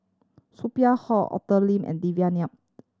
Sophia Hull Arthur Lim and Devan Nair